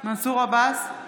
מנסור עבאס,